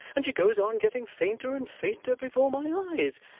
and she goes on getting fainter and fainter before my eyes.